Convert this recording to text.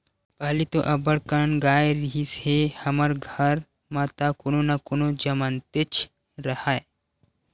पहिली तो अब्बड़ अकन गाय रिहिस हे हमर घर म त कोनो न कोनो ह जमनतेच राहय